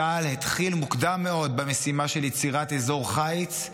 צה"ל התחיל מוקדם מאוד במשימה של יצירת אזור חיץ,